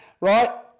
Right